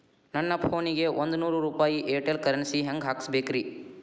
ನನ್ನ ಫೋನಿಗೆ ಒಂದ್ ನೂರು ರೂಪಾಯಿ ಏರ್ಟೆಲ್ ಕರೆನ್ಸಿ ಹೆಂಗ್ ಹಾಕಿಸ್ಬೇಕ್ರಿ?